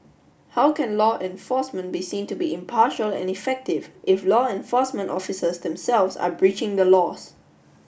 how can law enforcement be seen to be impartial and effective if law enforcement officers themselves are breaching the laws